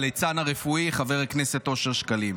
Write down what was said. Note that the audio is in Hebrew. הליצן הרפואי חבר כנסת אושר שקלים.